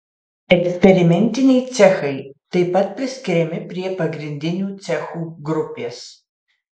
eksperimentiniai cechai taip pat priskiriami prie pagrindinių cechų grupės